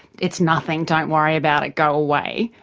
it's nothing, don't worry about it go away.